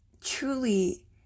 truly